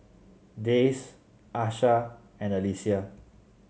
Dayse Asha and Alesia